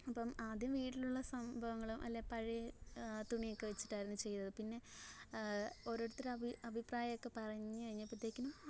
അപ്പം ആദ്യം വീട്ടിലുള്ള സംഭവങ്ങളും അല്ലേൽ പഴയ തുണിയൊക്കെ വച്ചിട്ടായിരുന്നു ചെയ്തത് പിന്നെ ഓരോരുത്തർ അഭിപ്രായം ഒക്കെ പറഞ്ഞു കഴിഞ്ഞപ്പോഴത്തേക്കും